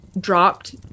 dropped